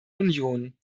union